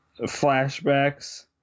flashbacks